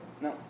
No